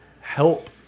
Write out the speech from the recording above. help